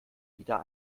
wieder